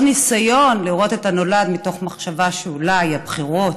או ניסיון לראות את הנולד מתוך מחשבה שאולי הבחירות